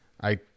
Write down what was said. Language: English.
I-